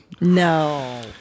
No